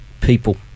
people